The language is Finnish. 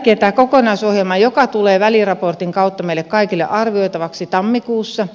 tämä kokonaisohjelma tulee väliraportin kautta meille kaikille arvioitavaksi tammikuussa